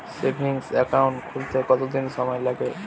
Savings account খুলতে কতদিন সময় লাগে?